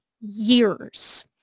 years